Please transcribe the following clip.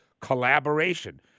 Collaboration